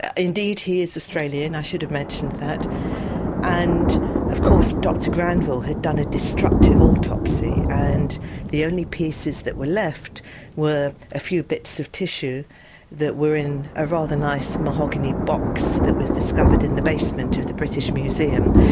indeed he is australian, i should have mentioned that and of course dr granville had done a destructive autopsy and the only pieces that were left were a few bits of tissue that were in a rather nice mahogany box that was discovered in the basement of the british museum.